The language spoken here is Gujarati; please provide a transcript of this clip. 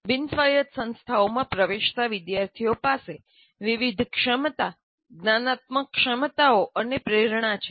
બિનસ્વાયત સંસ્થાઓમાં પ્રવેશતા વિદ્યાર્થીઓ પાસે વિવિધ ક્ષમતા જ્ઞાનાત્મક ક્ષમતાઓ અને પ્રેરણા છે